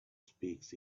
speaks